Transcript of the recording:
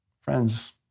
Friends